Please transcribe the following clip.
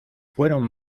fueron